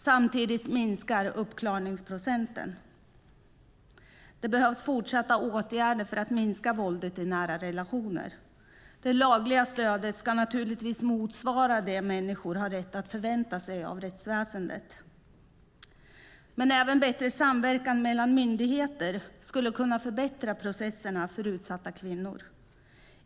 Samtidigt minskar uppklaringsprocenten. Det behövs fortsatta åtgärder för att minska våldet i nära relationer. Det lagliga stödet ska naturligtvis motsvara det människor har rätt att förvänta sig av rättsväsendet. Men även bättre samverkan mellan myndigheter skulle kunna förbättra processerna för utsatta kvinnor.